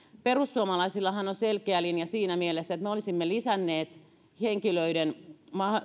perussuomalaisillahan on selkeä linja siinä mielessä että me olisimme lisänneet henkilöiden